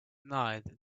night